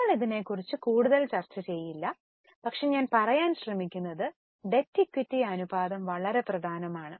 നമ്മൾ ഇതിനെക്കുറിച്ച് കൂടുതൽ ചർച്ച ചെയ്യില്ല പക്ഷേ ഞാൻ പറയാൻ ശ്രമിക്കുന്നത് ഡെറ്റ് ഇക്വിറ്റി അനുപാതം വളരെ പ്രധാനമാണ്